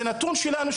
זה נתון שלנו,